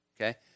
okay